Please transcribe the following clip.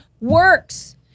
works